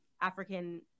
African